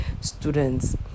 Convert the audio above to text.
students